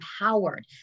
empowered